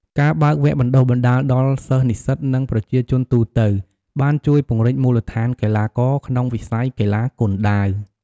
ការបើកវគ្គបណ្តុះបណ្តាលដល់សិស្ស-និស្សិត និងប្រជាជនទូទៅ បានជួយពង្រីកមូលដ្ឋានកីឡាករ ក្នុងវិស័យកីឡាគុនដាវ។